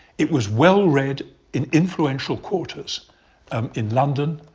it was well read in influential quarters um in london,